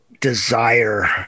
desire